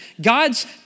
God's